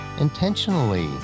intentionally